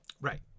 Right